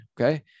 okay